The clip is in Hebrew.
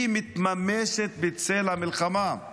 מתממשת בצל המלחמה.